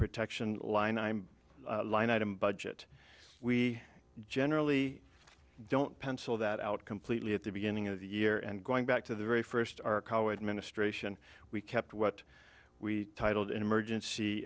protection line i'm a line item budget we generally don't pencil that out completely at the beginning of the year and going back to the very first arc how administration we kept what we titled emergency